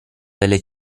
delle